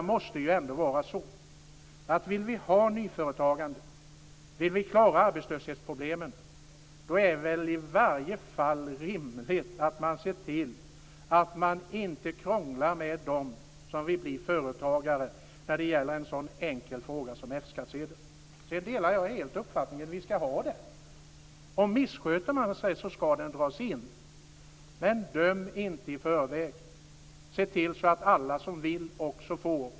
Om vi vill ha nyföretagande och klara arbetslöshetsproblemen är det väl i alla fall rimligt att man inte krånglar med dem som vill bli företagare när det gäller en sådan enkel fråga som F-skattsedel. Jag delar helt uppfattningen att vi skall ha det. Om man missköter sig skall den dras in. Men döm inte i förväg! Se till att alla som vill också får!